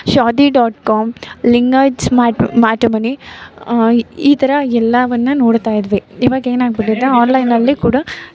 ಶಾದಿ dot com Lingayats mat matrimony ಈ ಥರ ಎಲ್ಲವನ್ನು ನೋಡ್ತಾಯಿದ್ವಿ ಈವಾಗ ಏನಾಗಿಬಿಟ್ಟಿದೆ ಆನ್ಲೈನಲ್ಲಿ ಕೂಡ